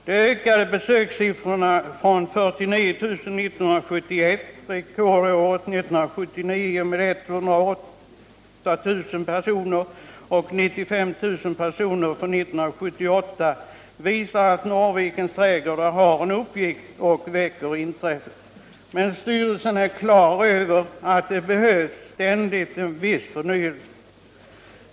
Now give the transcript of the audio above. De ökade besökssiffrorna från 49 000 år 1971, rekordåret 1977 med 108 000 och för 1978 med 95 000 personer visar att Norrvikens trädgårdar har en uppgift och väcker intresse. Men styrelsen är klar över att det ständigt behövs en viss förnyelse.